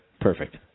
Perfect